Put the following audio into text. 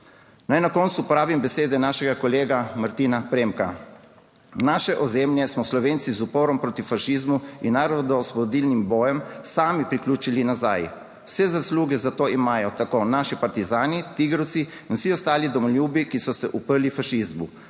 (nadaljevanje) uporabim besede našega kolega Martina Premka: "Naše ozemlje smo Slovenci z uporom proti fašizmu in narodnoosvobodilnim bojem sami priključili nazaj. Vse zasluge za to imajo tako naši partizani, tigrovci in vsi ostali domoljubi, ki so se uprli fašizmu.